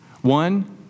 One